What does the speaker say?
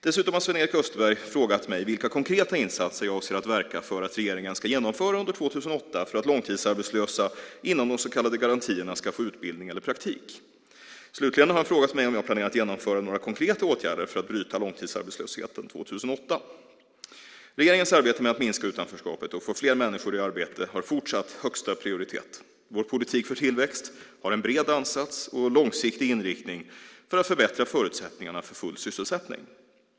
Dessutom har Sven-Erik Österberg frågat mig vilka konkreta insatser jag avser att verka för att regeringen ska genomföra under år 2008 för att långtidsarbetslösa inom de så kallade garantierna ska få utbildning eller praktik. Slutligen har han frågat mig om jag planerar att genomföra några konkreta åtgärder för att bryta långtidsarbetslösheten år 2008. Regeringens arbete med att minska utanförskapet och få fler människor i arbete har fortsatt högsta prioritet. Vår politik för tillväxt har en bred ansats och långsiktig inriktning för att förbättra förutsättningarna för full sysselsättning.